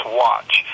watch